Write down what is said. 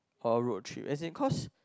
or a road trip as in cause